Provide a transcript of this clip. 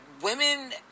women